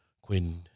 Quinn